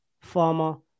Farmer